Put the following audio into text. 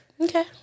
Okay